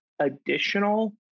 additional